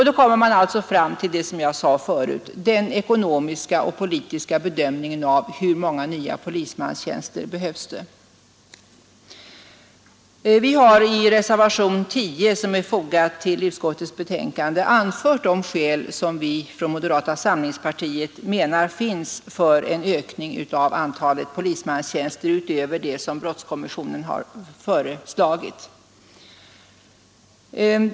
Då kommer man alltså fram till det som jag nämnde förut: den ekonomiska och politiska bedömningen av hur många polismanstjänster I som behövs. Vi har i reservationen 10 vid justitieutskottets betänkande anfört de skäl som vi från moderata samlingspartiet menar finns för en ökning av antalet polismanstjänster utöver det som brottskommissionen har föreslagit.